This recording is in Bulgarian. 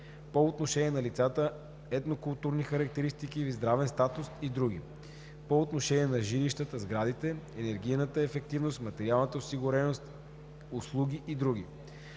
по отношение на лицата – етнокултурни характеристики, здравен статус и други; - по отношение на жилищата/сградите – енергийна ефективност, материална осигуреност, услуги и други.